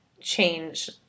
change